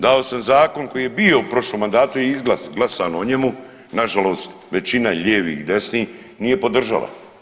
Dao sam zakon koji je bio u prošlom mandatu i glasano je o njemu, nažalost većina lijevih i desnih nije podržala.